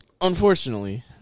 unfortunately